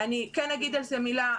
אני כן אגיד על זה מילה.